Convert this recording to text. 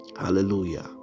hallelujah